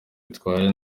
bitwaye